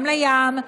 גם לים,